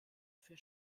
für